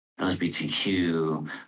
LGBTQ